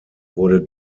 wurde